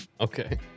okay